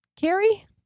Carrie